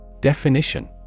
Definition